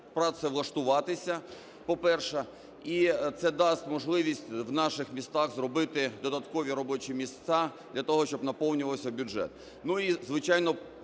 працевлаштуватися, по-перше. І це дасть можливість в наших містах зробити додаткові робочі місця для того, щоб наповнювався бюджет. І, звичайно,